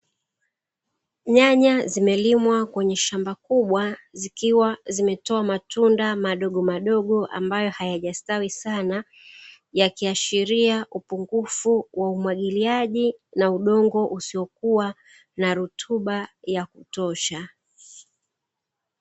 Nyanya zimelimwa kwenye shamba kubwa zikiwa zimetoa matunda madogomadogo, ambayo hayajastawi sana yakiashiria upungufu wa umwagiliaji na udongo usiokuwa na rutuba ya kutosha.